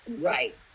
right